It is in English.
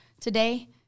today